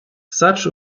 such